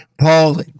Paul